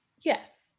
Yes